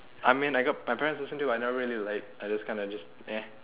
I mean I got my parents listen to I never really like I just kinda just